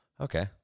Okay